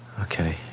Okay